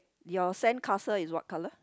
your sand castle is what colour